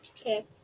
Okay